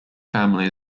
family